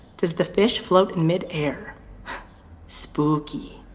does the fish float in mid-air? spoooooooky.